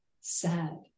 sad